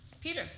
Peter